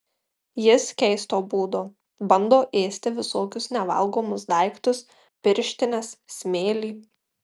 jis keisto būdo bando ėsti visokius nevalgomus daiktus pirštines smėlį